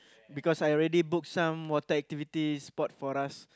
because I already book some water activities sport for us